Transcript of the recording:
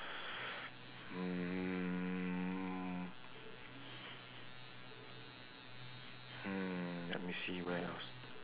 hmm let me see where else